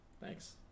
thanks